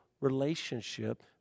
relationship